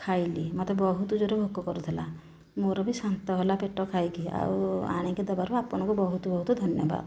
ଖାଇଲି ମୋତେ ବହୁତ ଜୋର୍ରେ ଭୋକ କରୁଥିଲା ମୋର ବି ଶାନ୍ତ ହେଲା ପେଟ ଖାଇକି ଆଉ ଆଣିକି ଦେବାରୁ ଆପଣଙ୍କୁ ବହୁତ ବହୁତ ଧନ୍ୟବାଦ